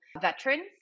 veterans